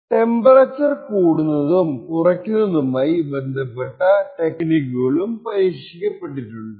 temperature കൂടുന്നതും കുറയുന്നതുമായി ബന്ധപ്പെട്ടുള്ള ടെക്ക്നിക്കുകളും പരീക്ഷിക്കപ്പെട്ടിട്ടുണ്ട്